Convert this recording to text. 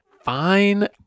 fine